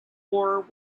war